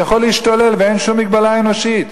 הוא יכול להשתולל ואין שום מגבלה אנושית.